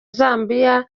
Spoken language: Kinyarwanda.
zambia